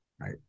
right